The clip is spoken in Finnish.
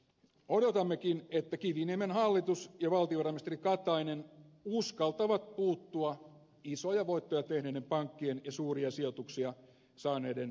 odotammekin että kiviniemen hallitus ja valtiovarainministeri katainen uskaltavat puuttua isoja voittoja tehneiden pankkien ja suuria sijoituksia saaneiden toimintaan